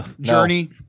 Journey